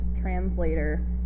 translator